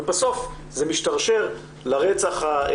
ובסוף זה משתרשר לרצח נוראי,